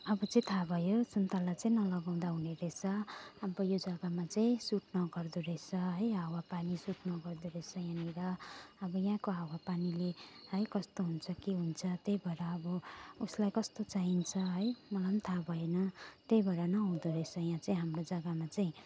अब चाहिँ थाहा भयो सुन्तला चाहिँ नलगाउँदा हुनेरहेछ अब यो जग्गामा चाहिँ सुट नगर्दोरहेछ है हावापानी सुट नगर्दोरहेछ यहाँनिर अब यहाँको हावापानीले है कस्तो हुन्छ के हुन्छ त्यही भएर अब उसलाई कस्तो चाहिन्छ है मलाई पनि थाहा भएन त्यही भएर नहुँदोरहेछ यहाँ चाहिँ हाम्रो जग्गामा चाहिँ